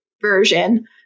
version